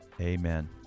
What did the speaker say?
Amen